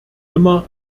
immer